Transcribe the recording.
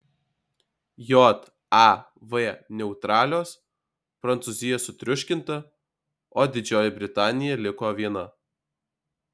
jav neutralios prancūzija sutriuškinta o didžioji britanija liko viena